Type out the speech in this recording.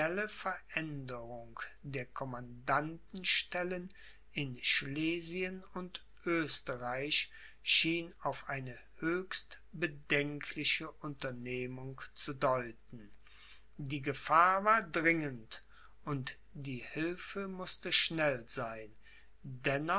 veränderung der commandantenstellen in schlesien und oesterreich schien auf eine höchst bedenkliche unternehmung zu deuten die gefahr war dringend und die hilfe mußte schnell sein